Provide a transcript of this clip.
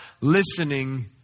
listening